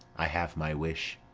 i have my wish.